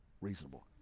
reasonable